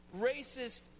racist